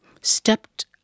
stepped